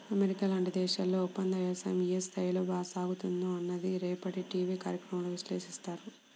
America లాంటి దేశాల్లో ఒప్పందవ్యవసాయం ఏ స్థాయిలో సాగుతుందో అన్నది రేపటి టీవీ కార్యక్రమంలో విశ్లేషిస్తారు